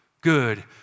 good